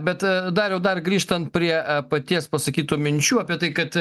bet dariau dar grįžtant prie paties pasakytų minčių apie tai kad